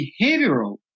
behavioral